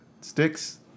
Sticks